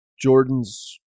Jordan's